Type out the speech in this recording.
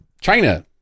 China